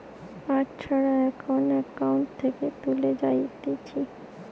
card ছাড়া এখন account থেকে তুলে যাতিছে